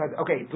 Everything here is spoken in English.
Okay